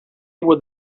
with